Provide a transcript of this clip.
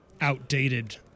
outdated